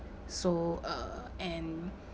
so uh and